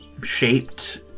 shaped